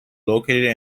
located